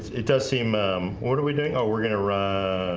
it does seem what are we doing? oh? we're gonna run?